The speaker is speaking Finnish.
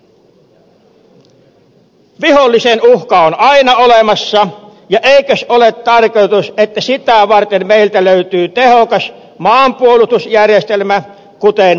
vihollisen uhka on aina olemassa ja eikös ole tarkoitus että sitä varten meiltä löytyy tehokas maanpuolustusjärjestelmä kuten jalkaväkimiinat